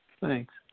Thanks